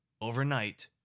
Overnight